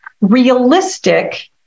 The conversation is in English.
realistic